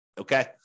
Okay